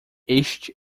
este